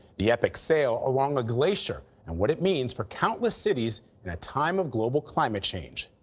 the epic sail along the glacier and what it means for countless cities in a time of global climate change.